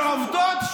אבל העובדות: